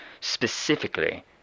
specifically